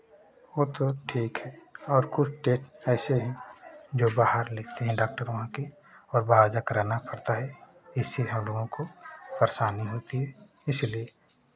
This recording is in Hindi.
वो तो ठीक है और कुछ टेस्ट ऐसे हैं जो बाहर लिखते हैं डॉक्टर वहाँ के और बाहर जा कर कराना पड़ता है इससे हमलोगों को परेशानी होती है इसलिए